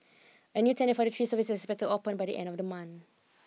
a new tender for the three services is expected to open by the end of the month